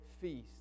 feast